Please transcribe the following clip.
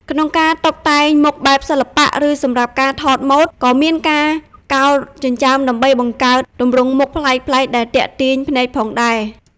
ក្នុងការតុបតែងមុខបែបសិល្បៈ ឬសម្រាប់ការថតម៉ូដ ក៏មានការកោរចិញ្ចើមដើម្បីបង្កើតទម្រង់មុខប្លែកៗដែលទាក់ទាញភ្នែកផងដែរ។